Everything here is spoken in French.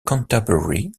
canterbury